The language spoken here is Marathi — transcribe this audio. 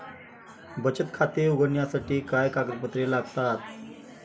बचत खाते उघडण्यासाठी काय कागदपत्रे लागतात?